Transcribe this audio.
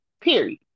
Period